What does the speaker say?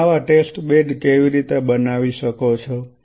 તમે આવા test bed કેવી રીતે બનાવી શકો છો